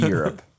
Europe